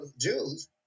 Jews